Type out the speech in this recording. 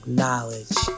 knowledge